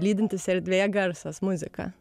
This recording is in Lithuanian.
lydintis erdvėje garsas muzika